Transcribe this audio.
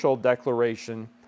declaration